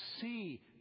see